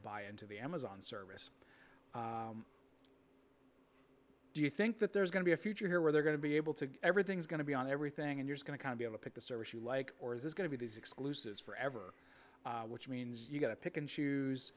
buy into the amazon service do you think that there's going to be a future here where they're going to be able to everything's going to be on everything and you're going to be able pick the service you like or is it going to be these exclusives forever which means you've got to pick and choose